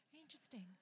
Interesting